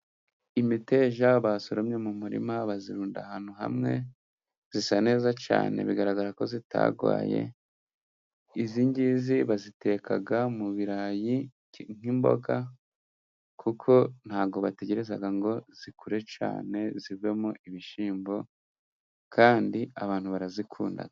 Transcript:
Imiteja basoromye mu murima bazirunda ahantu hamwe zisa neza cyane, bigaragara ko zitarwaye izi ngizi baziteka mu birayi nk' imboga kuko ntabwo bategereza ngo zikure cyane zivemo ibishyimbo kandi abantu barazikunda.